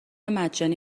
مجانی